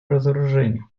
разоружению